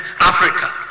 Africa